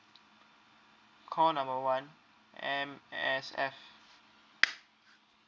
call number one M_S_F